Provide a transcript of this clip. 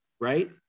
right